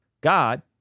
God